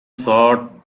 shot